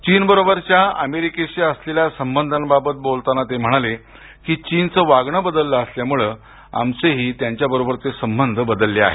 चीन बरोबरच्या अमेरिकेशी असलेल्या संबंधाबाबत बोलताना ते म्हणाले की चीनचं वागणं बदललं असल्यामुळे आमचेही त्यांच्याबरोबरचे संबंध बदलले आहेत